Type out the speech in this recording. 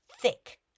Thick